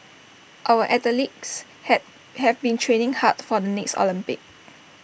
our athletes had have been training hard for the next Olympics